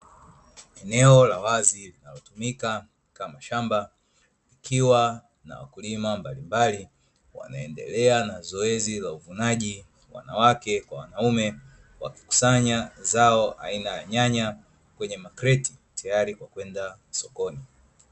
Eneo la wazi linalotumika kama shamba, likiwa na wakulima mbalimbali wanaoendelea na zoezi la uvunaji, wanawake na wanaume, wakikusanya zao aina ya nyanya kwenye makreti, tayari kwa kwenda sokoni.